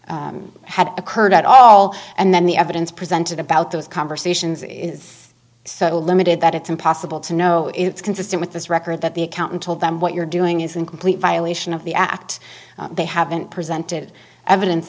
required had occurred at all and then the evidence presented about those conversations is so limited that it's impossible to know if it's consistent with this record that the accountant told them what you're doing is in complete violation of the act they haven't presented evidence